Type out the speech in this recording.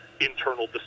internal